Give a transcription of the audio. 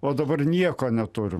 o dabar nieko neturim